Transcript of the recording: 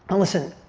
and listen.